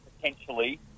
potentially